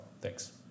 Thanks